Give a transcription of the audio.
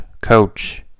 coach